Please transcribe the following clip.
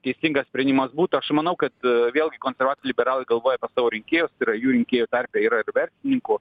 teisingas sprendimas būtų aš manau kad vėlgi konservatoriai liberalai galvoja apie savo rinkėjus tai yra jų rinkėjų tarpe yra ir verslininkų